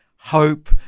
hope